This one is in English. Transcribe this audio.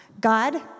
God